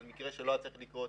על מקרה שלא היה צריך לקרות,